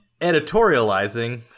editorializing